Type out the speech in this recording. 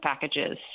packages